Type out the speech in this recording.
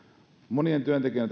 monien työntekijöiden talous on